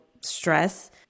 stress